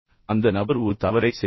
அந்த நபர் ஒரு தவறைச் செய்கிறார்